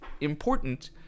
important